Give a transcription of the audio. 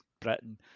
Britain